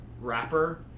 rapper